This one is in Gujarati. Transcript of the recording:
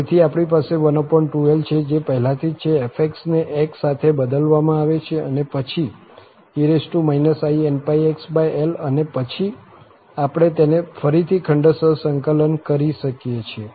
તેથી આપણી પાસે 12l છે જે પહેલાથી જ છે f ને x સાથે બદલવામાં આવે છે અને પછી e innxI અને પછી આપણે તેને ફરીથી ખંડ્શ સંકલન કરી શકીએ છીએ